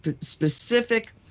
specific